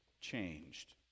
changed